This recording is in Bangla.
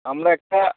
আমরা একটা